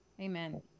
Amen